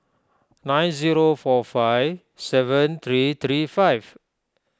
nine zero four five seven three three five